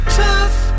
tough